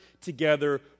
together